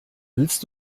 willst